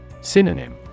Synonym